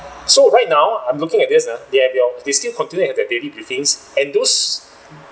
so right now I'm looking at this uh they have they're they still continuing at their daily briefings and those